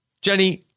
Jenny